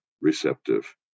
receptive